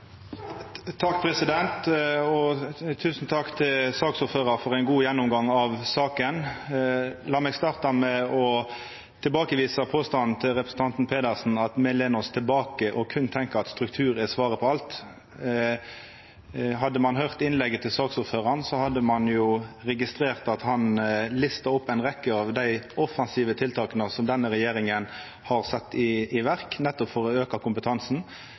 Tusen takk til saksordføraren for ein god gjennomgang av saka. La meg starta med å tilbakevisa påstanden til representanten Pedersen om at me lener oss tilbake og berre tenkjer at strukturendringar er svaret på alt. Hadde ein høyrt innlegget til saksordføraren, hadde ein registrert at han lista opp ei rekkje av dei offensive tiltaka som denne regjeringa har sett i verk nettopp for å auka kompetansen.